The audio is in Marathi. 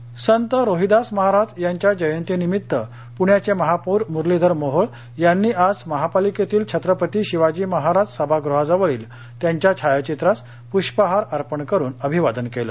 जयंती संत रोहिदास महाराज यांच्या जयंती निमित्त पूण्याचे महापौर मुरलीधर मोहोळ यांनी आज महापालिकेतील छत्रपती शिवाजी महाराज सभागृहाजवळील त्यांच्या छायाचित्रास प्रष्पहार अर्पण करून अभिवादन केले